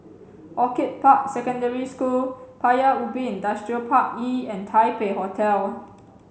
Orchid Park Secondary School Paya Ubi Industrial Park E and Taipei Hotel